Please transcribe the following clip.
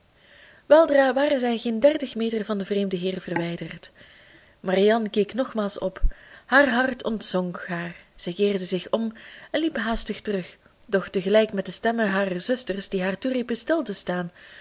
weldra waren zij geen dertig meter meer van den vreemden heer verwijderd marianne keek nogmaals op haar hart ontzonk haar zij keerde zich om en liep haastig terug doch tegelijk met de stemmen harer zusters die haar toeriepen stil te staan